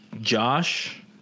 Josh